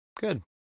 good